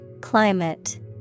Climate